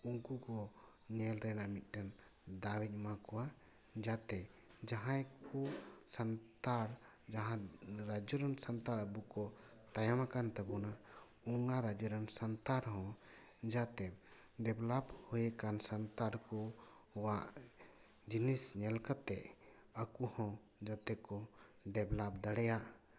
ᱩᱱᱠᱩ ᱠᱚ ᱧᱮᱞ ᱨᱮᱱᱟᱜ ᱢᱤᱫᱴᱟᱝ ᱫᱟᱣ ᱤᱧ ᱮᱢᱟ ᱠᱚᱣᱟ ᱡᱟᱛᱮ ᱡᱟᱦᱟᱭ ᱠᱚ ᱥᱟᱱᱛᱟᱲ ᱡᱟᱦᱟᱸ ᱨᱟᱡᱽᱡᱚ ᱨᱮᱱ ᱥᱟᱱᱛᱟᱲ ᱟᱵᱚ ᱠᱚ ᱛᱟᱭᱚᱢ ᱟᱠᱟᱱ ᱛᱟᱵᱚᱱᱟ ᱚᱱᱟ ᱨᱟᱡᱽᱡᱚ ᱨᱮᱱ ᱥᱟᱱᱛᱟᱲ ᱦᱚᱸ ᱡᱟᱛᱮ ᱰᱮᱵᱽᱞᱳᱯ ᱦᱩᱭᱟᱠᱟᱱ ᱥᱟᱱᱛᱟᱲ ᱠᱚ ᱠᱚᱣᱟᱜ ᱡᱤᱱᱤᱥ ᱧᱮᱞ ᱠᱟᱛᱮ ᱟᱠᱩ ᱦᱚᱸ ᱡᱟᱛᱮ ᱠᱚ ᱰᱮᱵᱽᱞᱳᱯ ᱫᱟᱲᱮᱭᱟᱜ